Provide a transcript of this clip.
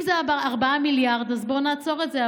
אם זה 4 מיליארד אז בואו נעצור את זה,